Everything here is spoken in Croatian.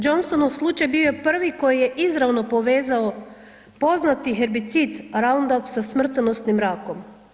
Johnsonov slučaj bio je prvi koji izravno povezao poznati herbicid Ronudup sa smrtonosnim rakom.